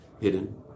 hidden